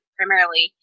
Primarily